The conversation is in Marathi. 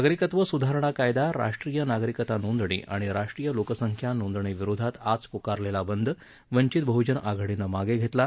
नागरिकत्व सुधारणा कायदा राष्ट्रीय नागरिकता नोंदणी आणि राष्ट्रीय लोकसंख्या नोंदणी विरोधात आज पुकारलेला बंद वंचित बह्जन आघाडीनं मागे घेतला आहे